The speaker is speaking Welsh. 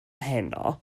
heno